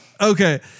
Okay